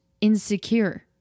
insecure